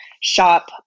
shop